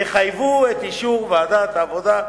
יחייבו את אישור ועדת העבודה,